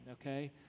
okay